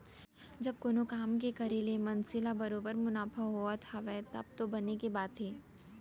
जब कोनो काम के करे ले मनसे ल बरोबर मुनाफा होवत हावय तब तो बने के बात हे